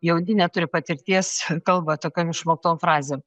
jauni neturi patirties kalba tokiom išmoktom frazėm